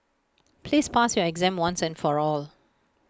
please pass your exam once and for all